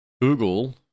Google